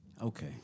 Okay